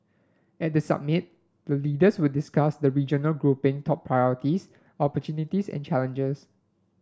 at the summit the leaders will discuss the regional grouping top priorities opportunities and challenges